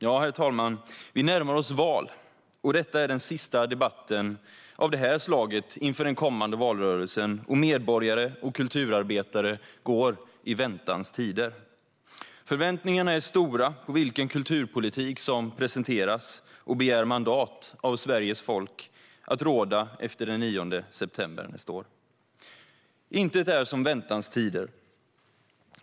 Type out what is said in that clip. Vi närmar oss val, herr talman, och detta är den sista debatten av det här slaget inför den kommande valrörelsen, och medborgare och kulturarbetare går i väntans tider. Förväntningarna är stora på vilken kulturpolitik som presenteras och begär mandat av Sveriges folk att råda efter den 9 september nästa år. Intet är som väntanstider.